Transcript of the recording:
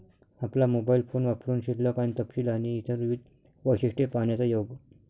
आपला mobile phone वापरुन शिल्लक आणि तपशील आणि इतर विविध वैशिष्ट्ये पाहण्याचा योग